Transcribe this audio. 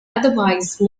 otherwise